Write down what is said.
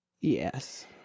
Yes